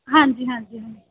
ਹਾਂਜੀ ਹਾਂਜੀ